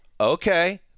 okay